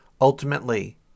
Ultimately